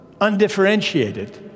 undifferentiated